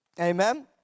amen